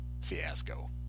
fiasco